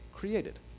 created